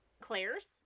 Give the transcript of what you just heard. Claire's